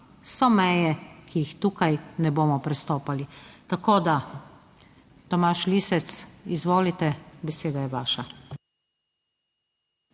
so meje, ki jih tukaj ne bomo prestopali. Tako da Tomaž Lisec, izvolite, beseda je vaša.